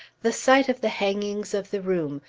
the sight of the hangings of the room,